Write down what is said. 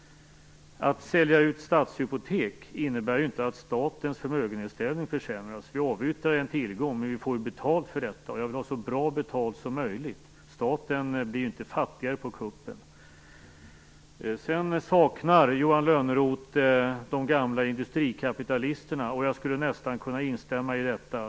Att sälja ut Statshypotek innebär inte att statens förmögenhetsställning försämras. Vi avyttrar en tillgång, men vi får betalt för den. Och jag vill ha så bra betalt som möjligt. Staten blir inte fattigare på kuppen. Johan Lönnroth saknar de gamla industrikapitalisterna. Jag skulle nästan kunna instämma i det.